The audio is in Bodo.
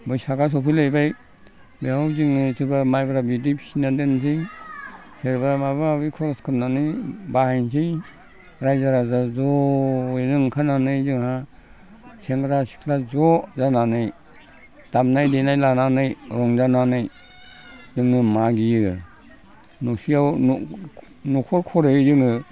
बैसागा सफैलायबाय बेयाव जोङो सोरबा माइब्रा बिदै फिसिना दोनसै सोरबा माबा माबि खरस खालामनानै बाहायनोसै रायजो राजा ज'यैनो ओंखारनानै जोंहा सेंग्रा सिख्ला ज' जानानै दामनाय देनाय लानानै रंजानानै जोङो मागियो मोनसेयाव न'खरयै जोङो